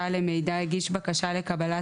והוא לא יכול לעשות כלום,